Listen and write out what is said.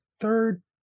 third